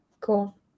Cool